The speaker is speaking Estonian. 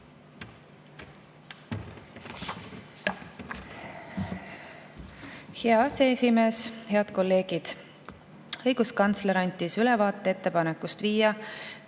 Hea aseesimees! Head kolleegid! Õiguskantsler andis ülevaate ettepanekust viia